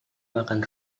makan